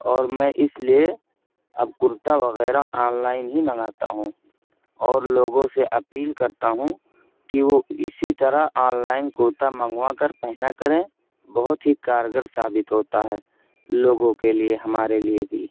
اور میں اس لیے اب کرتا وغیرہ آن لائن ہی منگاتا ہوں اور لوگوں سے اپیل کرتا ہوں کہ وہ اسی طرح آن لائن کرتا منگوا کر پہنا کریں بہت ہی کارگر ثابت ہوتا ہے لوگوں کے لیے ہمارے لیے بھی